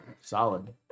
Solid